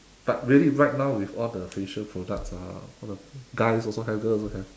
but really right now with all the facial products ah all the guys also have girls also have